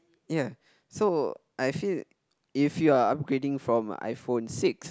ya so I feel if you are upgrading from iPhone six